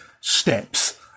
steps